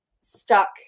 stuck